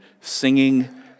singing